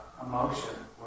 emotion